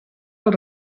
dels